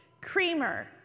creamer